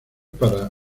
para